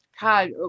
God